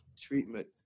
treatment